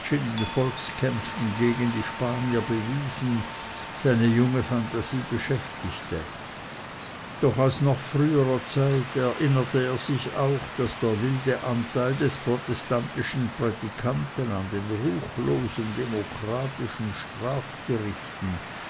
volkskämpfen gegen die spanier bewiesen seine junge phantasie beschäftigte doch aus noch früherer zeit erinnerte er sich auch daß der wilde anteil des protestantischen prädikanten an den ruchlosen demokratischen strafgerichten